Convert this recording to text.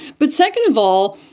but second of all,